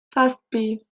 zazpi